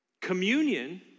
Communion